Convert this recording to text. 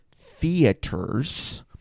theaters